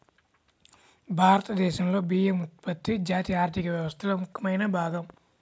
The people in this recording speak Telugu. భారతదేశంలో బియ్యం ఉత్పత్తి జాతీయ ఆర్థిక వ్యవస్థలో ముఖ్యమైన భాగం